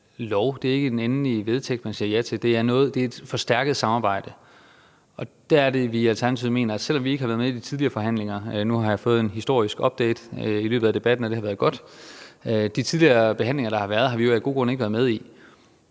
det er ikke den endelige vedtægt, man siger ja til; det er et forstærket samarbejde. Og selv om Alternativet af gode grunde ikke har været med i de tidligere forhandlinger – nu har jeg fået en historisk opdatering i løbet af debatten, og det har været godt – er grunden til at være med bare blevet